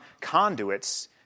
conduits